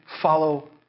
follow